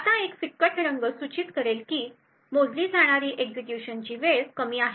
आता एक फिकट रंग सूचित करेल की मोजली जाणारी एक्झिक्युशनची वेळ कमी आहे